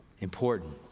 important